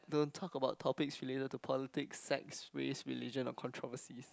don't talk about topics related to politics sex race religion or controversies